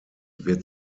wird